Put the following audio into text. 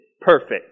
perfect